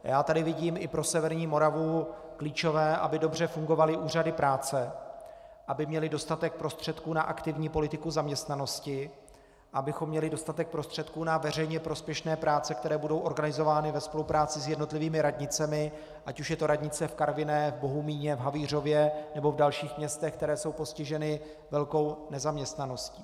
Já tady vidím pro severní Moravu klíčové, aby dobře fungovaly úřady práce, aby měly dostatek prostředků na aktivní politiku zaměstnanosti, abychom měli dostatek prostředků na veřejně prospěšné práce, které budou organizovány ve spolupráci s jednotlivými radnicemi, ať už je to radnice v Karviné, Bohumíně, v Havířově nebo v dalších městech, která jsou postižena velkou nezaměstnaností.